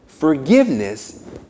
Forgiveness